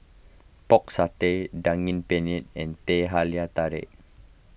Pork Satay Daging Penyet and Teh Halia Tarik